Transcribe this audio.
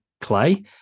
Clay